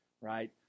right